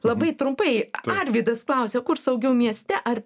labai trumpai arvydas klausia kur saugiau mieste ar